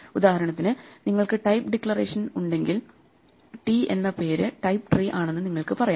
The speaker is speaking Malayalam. ഉദാഹരണത്തിന് നിങ്ങൾക്ക് ടൈപ്പ് ഡിക്ലറേഷൻ ഉണ്ടെങ്കിൽ ടി എന്ന പേര് ടൈപ്പ് ട്രീ ആണെന്ന് നിങ്ങൾക്ക് പറയാം